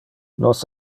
nos